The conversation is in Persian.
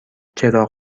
چراغ